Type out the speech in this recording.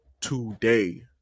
today